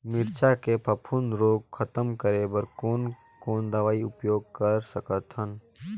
मिरचा के फफूंद रोग खतम करे बर कौन कौन दवई उपयोग कर सकत हन?